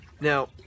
Now